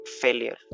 failure